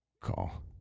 call